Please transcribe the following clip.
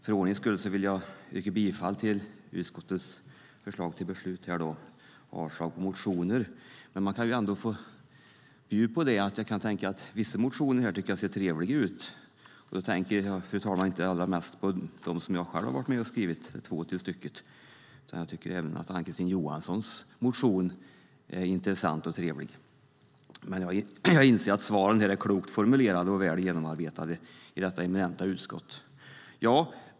För ordningens skull vill jag yrka bifall till utskottets förslag till beslut och avslag på motionerna. Jag tycker dock att vissa motioner här ser trevliga ut. Då tänker jag inte bara på de två motioner som jag själv har varit med och skrivit, utan jag tycker att även Ann-Kristine Johanssons motion är intressant och trevlig. Jag inser dock att svaren är klokt formulerade och väl genomarbetade av detta eminenta utskott.